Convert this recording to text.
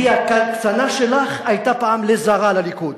כי ההקצנה שלך היתה פעם לזרא לליכוד.